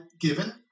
given